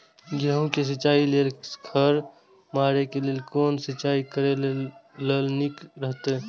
गेहूँ के सिंचाई लेल खर मारे के लेल कोन सिंचाई करे ल नीक रहैत?